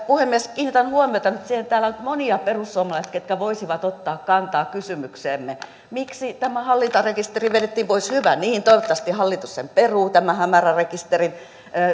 puhemies kiinnitän huomiota nyt siihen että täällä on nyt monia perussuomalaisia jotka voisivat ottaa kantaa kysymyksemme siitä miksi tämä hallintarekisteri vedettiin pois hyvä niin toivottavasti hallitus peruu tämän hämärärekisterin